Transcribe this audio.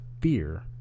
fear